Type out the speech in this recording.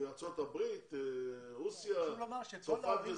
מארצות הברית, מרוסיה, מצרפת?